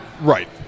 Right